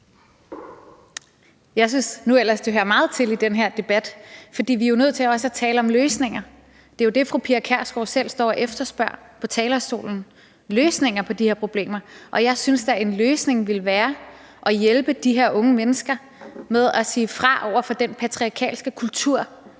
nu ellers, at det hører med til den her debat, for vi er jo nødt til også at tale om løsninger. Det er jo det, fru Pia Kjærsgaard selv står på talerstolen og efterspørger, nemlig løsninger på de her problemer. Jeg synes da, at en løsning ville være at hjælpe de her unge mennesker med at sige fra over for den patriarkalske kultur,